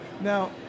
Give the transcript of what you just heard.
Now